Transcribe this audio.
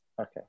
Okay